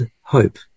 hope